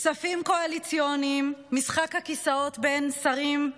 כספים קואליציוניים, משחק הכיסאות בין שרים,